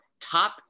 top